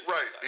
Right